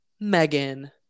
Megan